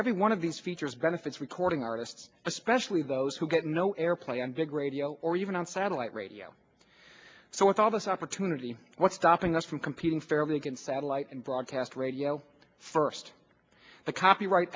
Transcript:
every one of these features benefits recording artists especially those who get no airplay on big radio or even on satellite radio so with all this opportunity what's stopping us from competing fairly good satellite and broadcast radio first the copyright